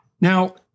now